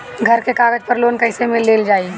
घर के कागज पर लोन कईसे लेल जाई?